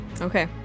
Okay